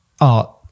art